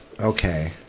Okay